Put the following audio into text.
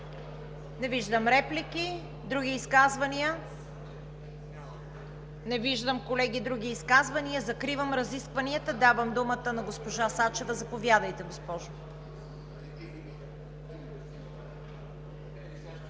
Не виждам. Други изказвания? Колеги, не виждам други изказвания. Закривам разискванията. Давам думата на госпожа Сачева. Заповядайте, госпожо.